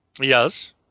Yes